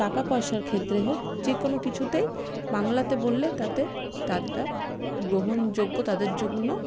টাকাপয়সার ক্ষেত্রে হোক যে কোনো কিছুতেই বাংলাতে বললে তাতে গ্রহণযোগ্য তাদের জন্য